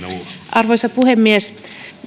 arvoisa puhemies